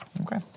Okay